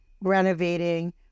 renovating